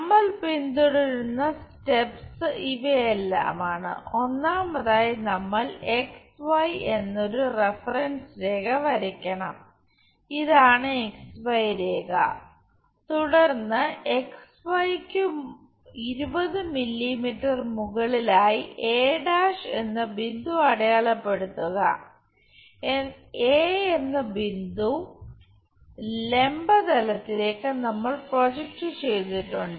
നമ്മൾ പിന്തുടർന്ന സ്റ്റെപ്സ് ഇവയെല്ലാമാണ് ഒന്നാമതായി നമ്മൾ എന്നൊരു റഫറൻസ് രേഖ വരയ്ക്കണം ഇതാണ് രേഖ തുടർന്ന് യ്ക്കു 20 മില്ലീമീറ്റർ മുകളിലായി a' എന്ന ബിന്ദു അടയാളപ്പെടുത്തുക എ എന്ന ബിന്ദു ലംബ തലത്തിലേക്ക് നമ്മൾ പ്രൊജക്റ്റ് ചെയ്തിട്ടുണ്ട്